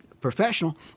professional